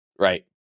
Right